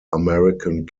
american